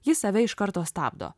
jis save iš karto stabdo